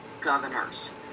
governors